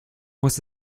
muss